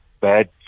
bad